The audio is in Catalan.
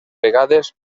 vegades